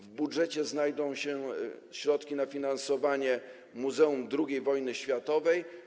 W budżecie znajdą się środki na finansowanie Muzeum II Wojny Światowej.